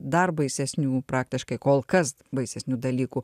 dar baisesnių praktiškai kol kas baisesnių dalykų